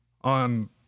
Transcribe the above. on